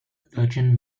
virgin